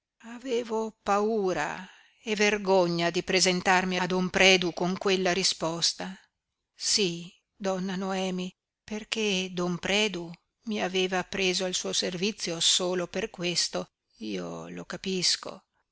avevo paura e vergogna di presentarmi a don predu con quella risposta sí donna noemi perché don predu mi aveva preso al suo servizio solo per questo io lo capisco